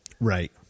Right